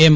એમ